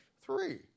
Three